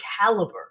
caliber